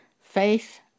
faith